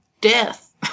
death